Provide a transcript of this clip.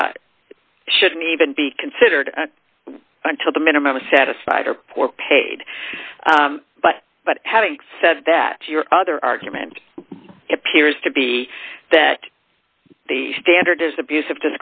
shouldn't even be considered until the minimum is satisfied or poor paid but but having said that your other argument appears to be that the standard is abus